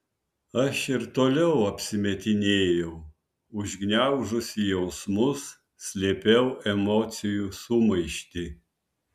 aš ir toliau apsimetinėjau užgniaužusi jausmus slėpiau emocijų sumaištį